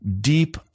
deep